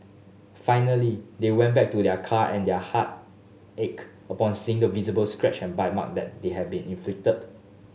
finally they went back to their car and their heart ached upon seeing the visible scratch and bite mark that they had been inflicted